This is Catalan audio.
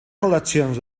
col·leccions